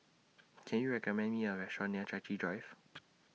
Can YOU recommend Me A Restaurant near Chai Chee Drive